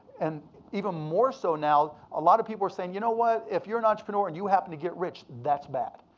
and even more so now, a lotta people were saying, you know what? if you're an entrepreneur and you happen to get rich, that's bad.